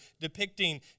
depicting